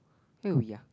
ya